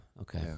okay